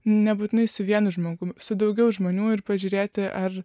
nebūtinai su vienu žmogum su daugiau žmonių ir pažiūrėti ar